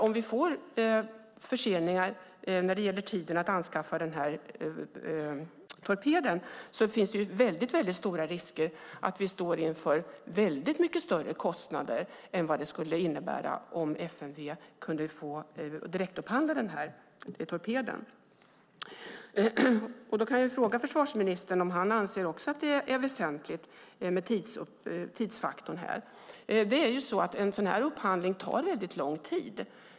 Om vi får förseningar när det gäller att anskaffa denna torped är det stor risk att vi står inför väldigt mycket större kostnader än vad det skulle innebära om FMV kunde få direktupphandla denna torped. Jag undrar om försvarsministern också anser att det är väsentligt med tidsfaktorn här. En sådan här upphandling tar lång tid.